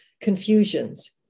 confusions